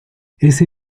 ese